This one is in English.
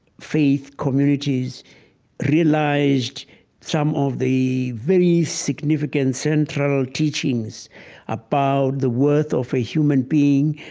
faith communities realized some of the very significant central teachings about the worth of a human being,